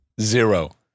Zero